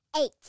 Eight